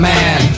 Man